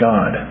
God